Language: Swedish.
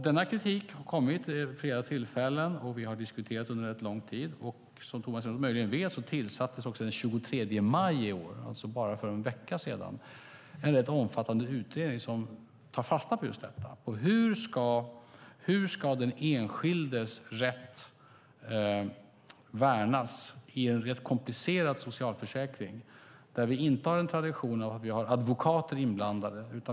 Denna kritik har kommit vid flera tillfällen, och vi har diskuterat det under rätt lång tid. Som Tomas Eneroth möjligen vet tillsattes det den 23 maj i år, alltså bara för en vecka sedan, en ganska omfattande utredning som tar fasta på just detta. Hur ska den enskildes rätt värnas i en ganska komplicerad socialförsäkring där vi inte har en tradition av att vi har advokater inblandade?